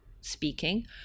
speaking